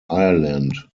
ireland